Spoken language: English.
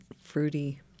fruity